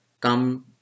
come